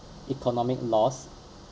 economic loss